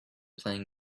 playing